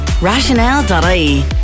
Rationale.ie